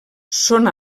són